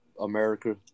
America